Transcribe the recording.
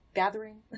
gathering